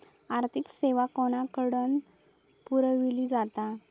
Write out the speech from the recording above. आर्थिक सेवा कोणाकडन पुरविली जाता?